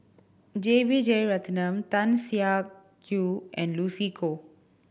J B Jeyaretnam Tan Siah Kwee and Lucy Koh